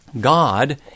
God